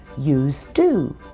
use do.